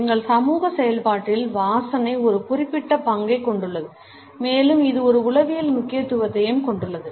எங்கள் சமூக செயல்பாட்டில் வாசனை ஒரு குறிப்பிட்ட பங்கைக் கொண்டுள்ளது மேலும் இது ஒரு உளவியல் முக்கியத்துவத்தையும் கொண்டுள்ளது